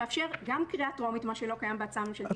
זאת שיטה ידועה איך אתה לא מפיק באמת לקחים מדבר שקרה.